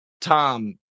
Tom